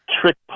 trick